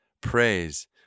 praise